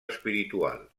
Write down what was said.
espiritual